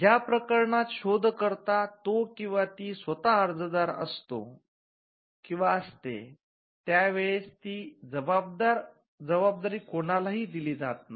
ज्या प्रकरणात शोधकर्ता तो किंवा ती स्वतः अर्जदार असतो त्या वेळेस ती जबाबदारी कुणालाही दिली जात नाही